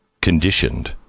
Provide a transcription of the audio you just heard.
conditioned